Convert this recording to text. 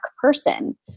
person